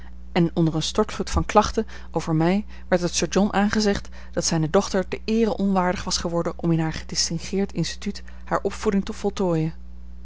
en onder een stortvloed van klachten over mij werd het sir john aangezegd dat zijne dochter de eere onwaardig was geworden om in haar gedistingeerd instituut hare opvoeding te voltooien